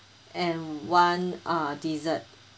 and one uh dessert